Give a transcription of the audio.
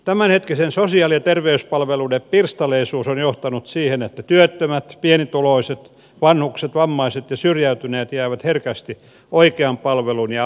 tämänhetkisten sosiaali ja terveyspalveluiden pirstaleisuus on johtanut siihen että työttömät pienituloiset vanhukset vammaiset ja syrjäytyneet jäävät herkästi oikean palvelun ja avun ulkopuolelle